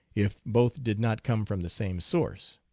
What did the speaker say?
if both did not come from the same source.